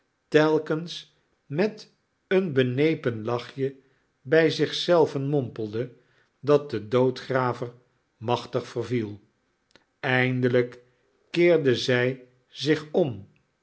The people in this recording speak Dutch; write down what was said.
telkens met een benepen lachje bij zich zelven mompelde dat de doodgraver machtig verviel eindelijk keerde zij zich om